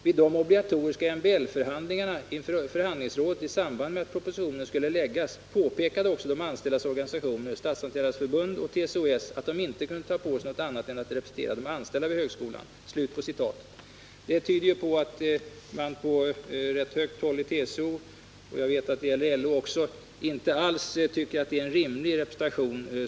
Vid de obligatoriska MBL-förhandlingarna inför förhandlingsrådet i samband med att propositionen skulle läggas påpekade också de anställdas organisationer, Statsanställdas Förbund och TCO-S att de inte kunde ta på sig något annat än att representera de anställda vid högskolan.” Det tyder på att man på hög nivå inom TCO — det gäller LO också —-inte alls tycker att man fått en rimlig representation.